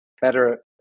better